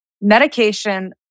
medication